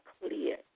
clear